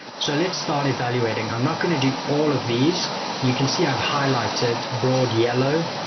so, let's start evaluating. i'm not going to do all of these and you can see i've highlighted broad yellow.